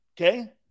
okay